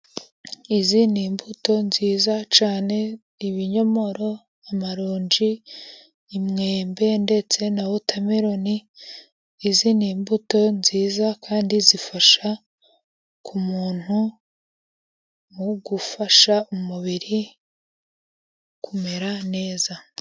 Izi ni imbuto nziza cyane, ibinyomoro, amaronji, umwembe ndetse na wotameloni, izi ni imbuto nziza kandi zifasha ku muntu mu gufasha umubiri kumera neza.